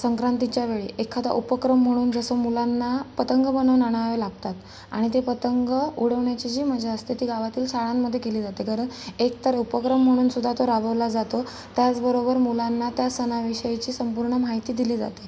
संक्रांतीच्या वेळी एखादा उपक्रम म्हणून जसं मुलांना पतंग बनवून आणावे लागतात आणि ते पतंग उडवण्याची जी मजा असते ती गावातील शाळांमध्ये केली जाते कारण एकतर उपक्रम म्हणून सुद्धा तो राबवला जातो त्याच बरोबर मुलांना त्या सणाविषयीची संपूर्ण माहिती दिली जाते